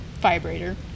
vibrator